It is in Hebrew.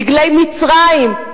דגלי מצרים.